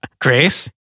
Grace